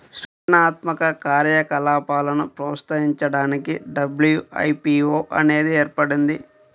సృజనాత్మక కార్యకలాపాలను ప్రోత్సహించడానికి డబ్ల్యూ.ఐ.పీ.వో అనేది ఏర్పడింది